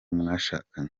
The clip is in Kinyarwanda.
mwashakanye